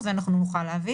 לא הייתה הכרזה.